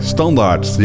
Standaard